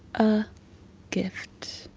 a gift,